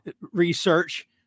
research